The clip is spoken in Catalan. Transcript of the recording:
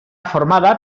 formada